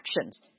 Actions